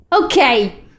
Okay